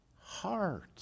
heart